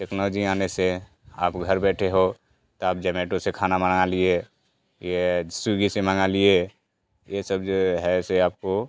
technology आने से आप घर बैठे आप जमेटो से खाना बना लिए यह स्विगी से मंगा लिए ये सब जो है ऐसे आपको